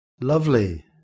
Lovely